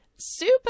super